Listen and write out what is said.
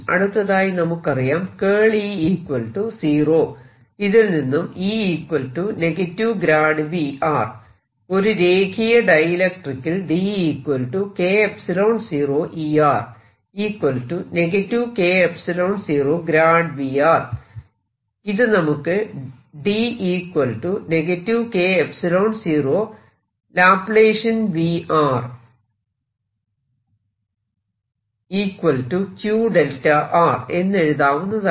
അടുത്തതായി നമുക്കറിയാം ഇതിൽ നിന്നും ഒരു രേഖീയ ഡൈഇലക്ട്രിക്കിൽ ഇത് നമുക്ക് എന്ന് എഴുതാവുന്നതാണ്